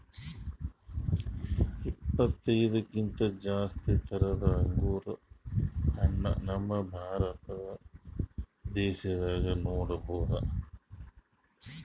ಇಪ್ಪತ್ತಕ್ಕಿಂತ್ ಜಾಸ್ತಿ ಥರದ್ ಅಂಗುರ್ ಹಣ್ಣ್ ನಮ್ ಭಾರತ ದೇಶದಾಗ್ ನೋಡ್ಬಹುದ್